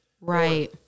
Right